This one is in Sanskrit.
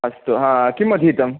अस्तु हा किम् अधीतं